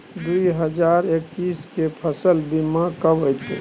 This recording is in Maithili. दु हजार एक्कीस के फसल बीमा कब अयतै?